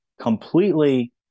completely